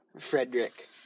Frederick